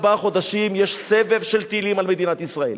ארבעה חודשים יש סבב של טילים על מדינת ישראל.